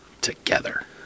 together